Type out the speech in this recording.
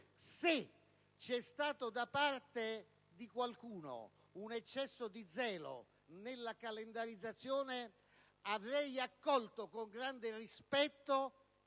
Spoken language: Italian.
Se da parte di qualcuno c'è stato un eccesso di zelo nella calendarizzazione, avrei accolto con grande rispetto,